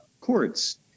courts